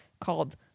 called